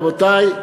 רבותי,